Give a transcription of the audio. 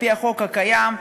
על-פי החוק הקיים,